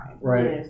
Right